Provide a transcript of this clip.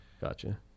Gotcha